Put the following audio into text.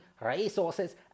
resources